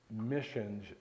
missions